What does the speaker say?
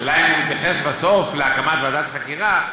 השאלה אם הוא מתייחס בסוף להקמת ועדת חקירה.